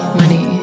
money